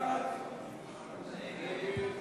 סיעת ש"ס להביע אי-אמון